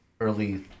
early